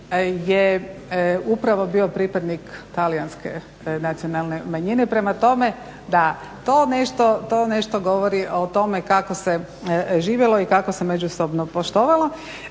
je upravo bio pripadnik talijanske nacionalne manjine. Prema tome, da, to nešto govori o tome kako se živjelo i kako se međusobno poštovalo.